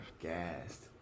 gassed